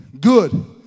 good